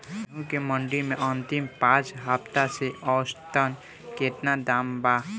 गेंहू के मंडी मे अंतिम पाँच हफ्ता से औसतन केतना दाम बा?